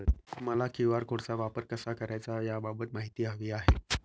मला क्यू.आर कोडचा वापर कसा करायचा याबाबत माहिती हवी आहे